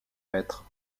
hêtre